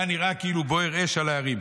היה נראה כאילו בוערת אש על הערים.